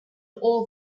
all